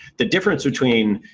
the difference between